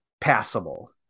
passable